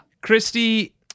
Christie